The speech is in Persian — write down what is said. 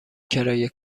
کرایه